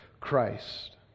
christ